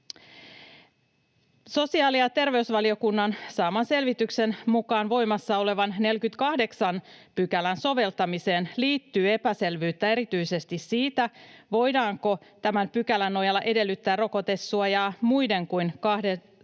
Sosiaali‑ ja terveysvaliokunnan saaman selvityksen mukaan voimassa olevan 48 §:n soveltamiseen liittyy epäselvyyttä erityisesti siitä, voidaanko tämän pykälän nojalla edellyttää rokotesuojaa muiden kuin 2